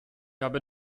habe